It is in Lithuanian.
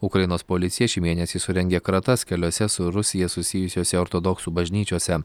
ukrainos policija šį mėnesį surengė kratas keliose su rusija susijusiose ortodoksų bažnyčiose